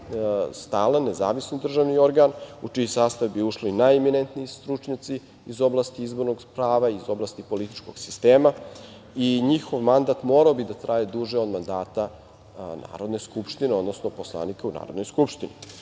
stalan nezavisni državni organ, u čiji sastav bi ušli najimanentniji stručnjaci iz oblasti izbornog prava, iz oblasti političkog sistema i njihov mandat morao bi da traje duže od mandata Narodne skupštine, odnosno poslanika u Narodnoj skupštini.